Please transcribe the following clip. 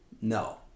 No